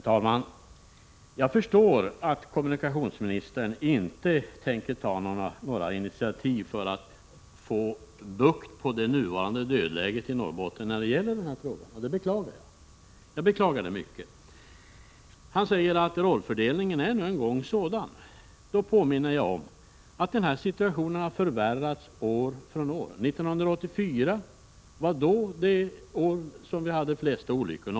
Herr talman! Jag förstår att kommunikationsministern inte tänker ta några initiativ när det gäller att få bukt med det nuvarande dödläget i Norrbotten i denna fråga och det beklagar jag mycket. Kommunikationsministern säger att rollfördelningen är som den är. Men då vill jag påminna om att situationen har förvärrats från år till år. 1984 var ett 53 rekordår vad gäller olyckor.